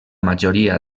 majoria